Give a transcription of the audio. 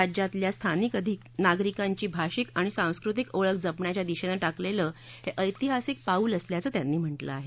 राज्यातल्या स्थानिक नागरिकांची भाषिक आणि सांस्कृतिक ओळख जपण्याच्या दिशेनं टाकलेलं हे ऐतिहासिक पाऊल असल्याचं त्यांनी म्हटलं आहे